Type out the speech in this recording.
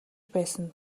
байсан